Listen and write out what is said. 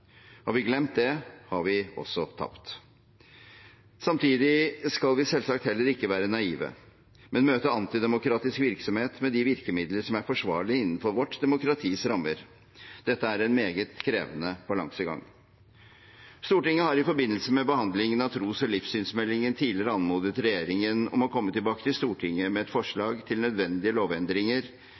Har vi glemt det, har vi også tapt. Samtidig skal vi selvsagt heller ikke være naive, men møte antidemokratisk virksomhet med de virkemidler som er forsvarlige innenfor vårt demokratis rammer. Dette er en meget krevende balansegang. Stortinget har i forbindelse med behandlingen av tros- og livssynsmeldingen tidligere anmodet regjeringen om å komme tilbake til Stortinget med et forslag til nødvendige lovendringer